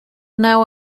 now